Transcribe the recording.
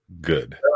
good